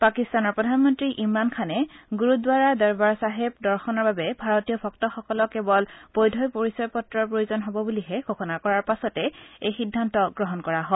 পাকিস্তানৰ প্ৰধানমন্ত্ৰী ইমৰান খানে গুৰুদ্বাৰা দৰবাৰ চাহেব দৰ্শনৰ বাবে ভাৰতীয় ভক্তসকলক কেৱল বৈধ পৰিচয় পত্ৰৰ প্ৰয়োজন হ'ব বুলিহে ঘোষণা কৰাৰ পাছতে এই সিদ্ধান্ত গ্ৰহণ কৰা হয়